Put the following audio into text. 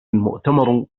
المؤتمر